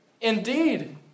indeed